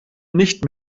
nicht